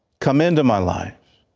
come into my life.